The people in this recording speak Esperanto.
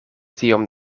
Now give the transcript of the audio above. tiom